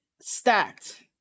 stacked